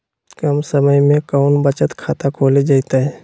कम समय में कौन बचत खाता खोले जयते?